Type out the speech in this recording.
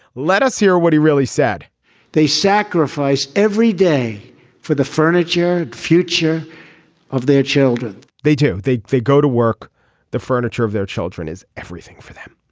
let us hear what he really said they sacrifice every day for the furniture and future of their children they do they. they go to work the furniture of their children is everything for them.